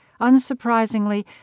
Unsurprisingly